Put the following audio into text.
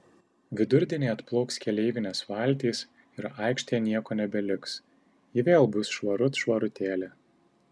vidurdienį atplauks keleivinės valtys ir aikštėje nieko nebeliks ji vėl bus švarut švarutėlė